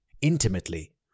intimately